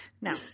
No